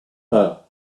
her